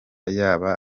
yaba